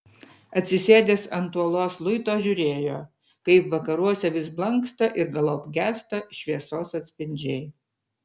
atsisėdęs ant uolos luito žiūrėjo kaip vakaruose vis blanksta ir galop gęsta šviesos atspindžiai